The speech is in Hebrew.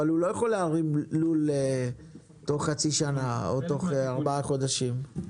אבל הוא לא יכול להרים לול תוך חצי שנה או ארבעה חודשים.